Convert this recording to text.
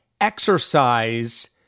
exercise